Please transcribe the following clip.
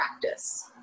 practice